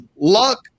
luck